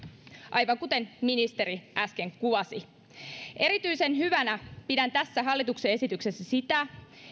aivan kuten ministeri äsken kuvasi erityisen hyvänä pidän tässä hallituksen esityksessä sitä